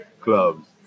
clubs